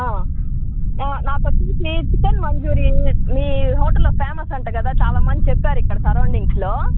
నాకు వచ్చి చి చికెన్ మంచూరీ మీ మీ హోటల్లో ఫేమస్ అంట కదా చాలా మంది చెప్పారు ఇక్కడ సరౌండింగ్స్లో